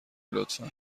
لطفا